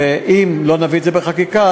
ואם לא נביא את זה בחקיקה,